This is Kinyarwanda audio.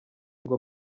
ngo